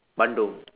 bandung